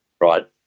Right